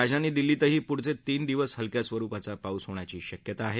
राजधानी दिल्लीतही पुढचे तीन दिवस हलक्या स्वरूपाचा पाऊस होण्याची शक्यता आहे